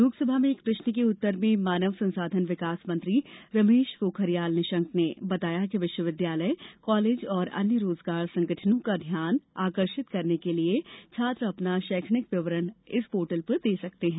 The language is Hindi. लोकसभा में एक प्रश्न के उत्तर में मानव संसाधन विकास मंत्री रमेश पोखरियाल निशंक ने बताया कि विश्वविद्यालय कॉलेज और अन्य रोजगार संगठनों का ध्यान आकर्षित करने के लिए छात्र अपना शैक्षणिक विवरण इस पोर्टल पर दे सकते हैं